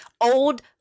old